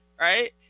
right